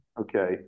Okay